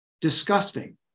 Disgusting